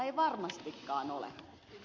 ei varmastikaan ole